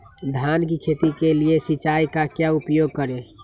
धान की खेती के लिए सिंचाई का क्या उपयोग करें?